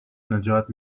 نجات